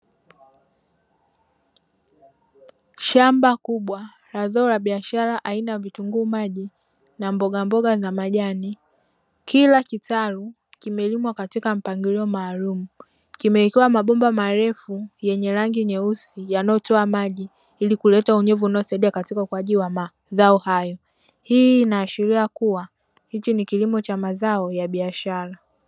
Shamba kubwa la zao la biashara aina ya vitunguu maji na mbogamboga za majani. Kila kitalu kimelimwa katika mpangilio maalumu. Kimewekewa mabomba marefu yenye rangi nyeusi yanayotoa maji ili kuleta unyevu unaosaidia katika ukuaji wa mazao hayo. Hii inaashiria kuwa hichi ni kilimo cha mazao ya biashara.